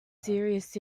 serious